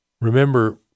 Remember